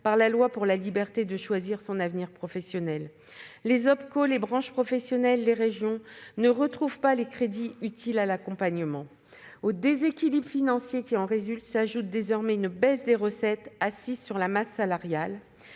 par la loi pour la liberté de choisir son avenir professionnel. Les OPCO, les branches professionnelles, les régions ne retrouvent pas les crédits utiles à l'accompagnement. Au déséquilibre financier qui en résulte s'ajoute désormais une baisse des recettes assises sur la masse salariale.